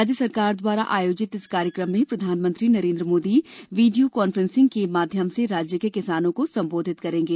राज्य सरकार द्वारा आयोजित इस कार्यक्रम में प्रधानमंत्री नरेन्द्र मोदी वीडियो कांफ्रेंसिंग के माध्यम से राज्य के किसानों को संबोधित करेंगे